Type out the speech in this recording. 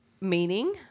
meaning